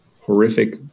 horrific